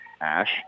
Ash